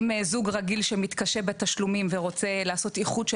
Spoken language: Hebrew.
אם זוג רגיל שמתקשה בתשלומים ורוצה לעשות איחוד של